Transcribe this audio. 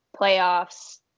playoffs